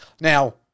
Now